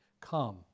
come